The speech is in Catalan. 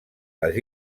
les